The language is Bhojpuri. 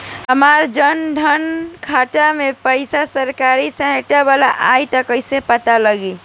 हमार जन धन खाता मे पईसा सरकारी सहायता वाला आई त कइसे पता लागी?